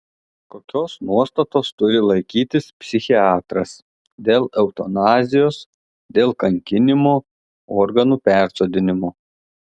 kokios nuostatos turi laikytis psichiatras dėl eutanazijos dėl kankinimo organų persodinimo